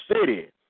city